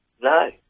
No